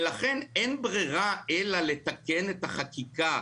ולכן אין ברירה אלא לתקן את החקיקה,